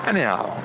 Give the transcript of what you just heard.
Anyhow